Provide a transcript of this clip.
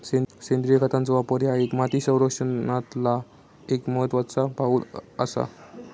सेंद्रिय खतांचो वापर ह्या माती संरक्षणातला एक महत्त्वाचा पाऊल आसा